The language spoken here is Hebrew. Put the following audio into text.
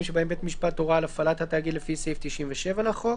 שבהם בית המשפט הורה על הפעלת התאגיד לפי סעיף 97 לחוק,